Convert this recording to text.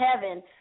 heaven